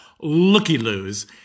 looky-loos